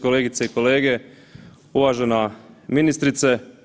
Kolegice i kolege, uvažena ministrice.